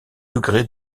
degré